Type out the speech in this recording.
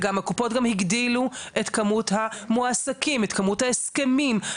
הקופות גם הגדילו את כמות המועסקים את כמות הסכמים.